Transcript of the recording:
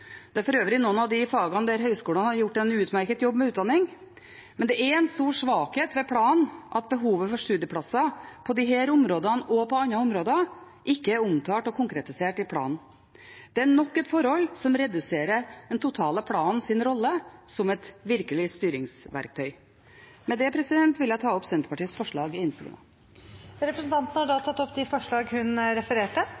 for øvrig noen av de fagene der høyskolene har gjort en utmerket jobb med utdanningene. Men det er en stor svakhet ved planen at behovet for studieplasser på disse og andre områder ikke er omtalt og konkretisert i den. Det er nok et forhold som reduserer planens totale rolle som et virkelig styringsverktøy. Med det vil jeg ta opp de forslagene som Senterpartiet står bak i innstillingen som ikke allerede er tatt opp. Representanten Marit Arnstad har